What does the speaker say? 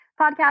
podcast